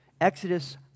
Exodus